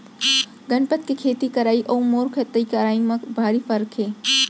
गनपत के खेती करई अउ मोर खेती करई म भारी फरक हे